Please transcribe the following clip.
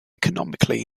economically